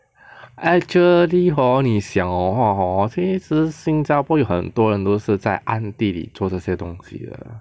actually hor 你想的话 hor 其实新加坡有很多人都是在暗地里做这些东西的